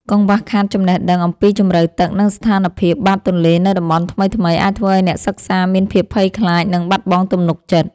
កង្វះខាតចំណេះដឹងអំពីជម្រៅទឹក និងស្ថានភាពបាតទន្លេនៅតំបន់ថ្មីៗ អាចធ្វើឱ្យអ្នកសិក្សាមានភាពភ័យខ្លាច និងបាត់បង់ទំនុកចិត្ត។